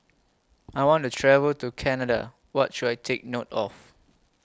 I want to travel to Canada What should I Take note of